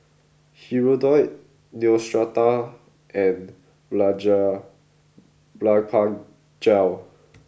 Hirudoid Neostrata and Blephagel